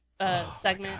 segment